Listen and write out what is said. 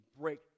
break